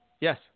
Yes